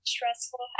Stressful